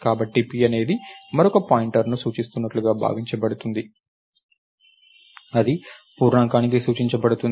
కాబట్టి p అనేది మరొక పాయింటర్ను సూచిస్తున్నట్లుగా భావించబడుతుంది అది పూర్ణాంకానికి సూచించబడుతుంది